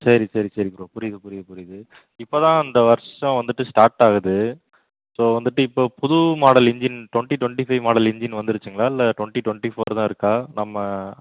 சரி சரி சரி ப்ரோ புரியுது புரியுது புரியுது இப்போ தான் இந்த வருஷம் வந்துட்டு ஸ்டார்ட் ஆகுது ஸோ வந்துட்டு இப்போ புது model engine twenty twenty five model engine வந்துருச்சுங்களா இல்லை டொண்ட்டி டொண்ட்டி ஃபோர் தான் இருக்கா நம்ம